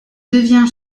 devient